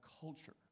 culture